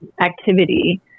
activity